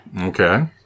Okay